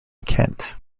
kent